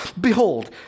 Behold